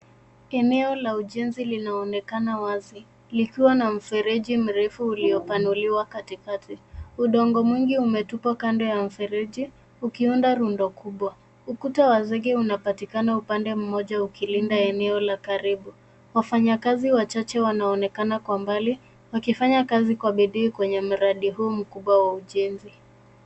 Eneo la ujinsi lilonaonekana wazi likiwa na mfereji mrefu uliopanuliwa katikati udongo mwingi tupwa kando ya mfereji ukuiunda rundo kubwa, ukuta wa sege unapatikana upande moja ukilinda eneo la karibu, wafanyi kazi wa chache wanaonekana kwa mbali wakifanya kazi kwa bidi kwenye mradi huu mkubwa wa ujensi.